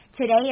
Today